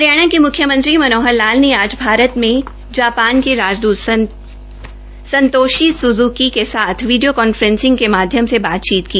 हरियाणा के म्ख्यमंत्री मनोहर लाल ने आज भारत में जापान के राजदूत सतोषी सुज्की के साथ वीडियो कांफ्रेसिंग के माध्यम से बातचीत की